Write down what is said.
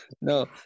No